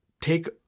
take